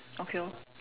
okay lor